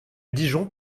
dijon